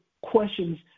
questions